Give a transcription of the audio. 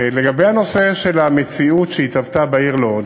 לגבי המציאות שהתהוותה בעיר לוד,